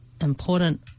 important